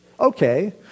Okay